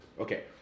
Okay